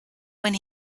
when